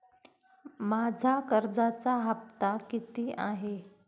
माझा कर्जाचा हफ्ता किती आहे?